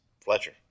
Fletcher